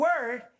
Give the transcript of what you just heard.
word